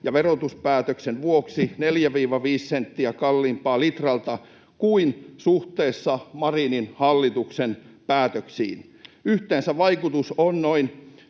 ja verotuspäätöksen vuoksi 4—5 senttiä kalliimpi litralta Marinin hallituksen päätöksillä. Yhteensä vaikutus on noin